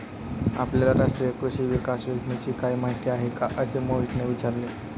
आपल्याला राष्ट्रीय कृषी विकास योजनेची काही माहिती आहे का असे मोहितने विचारले?